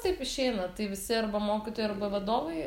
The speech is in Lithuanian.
taip išeina tai visi arba mokytojai arba vadovai